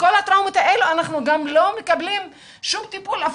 לכל הטראומות האלה אנחנו גם לא מקבלים שום טפול,